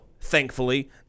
thankfully